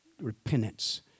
repentance